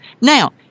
Now